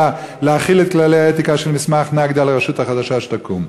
להחיל את כללי האתיקה של מסמך נקדי על הרשות החדשה שתקום.